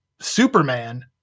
Superman